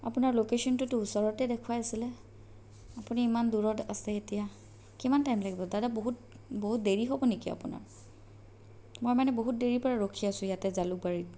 আপোনাৰ লোকেচনটোতো ওচৰতে দেখুৱাইছিলে আপুনি ইমান দূৰত আছে এতিয়া কিমান টাইম লাগিব দাদা বহুত বহুত দেৰী হ'ব নেকি আপোনাৰ মই মানে বহুত দেৰীৰ পৰা ৰখি আছোঁ ইয়াতে জালুকবাৰীত